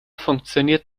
funktioniert